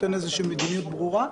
אין איזו מדיניות ברורה,